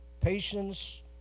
patience